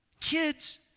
Kids